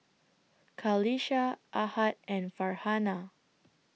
Qalisha Ahad and Farhanah